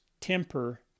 temper